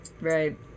Right